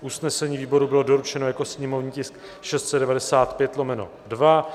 Usnesení výboru bylo doručeno jako sněmovní tisk 695/2.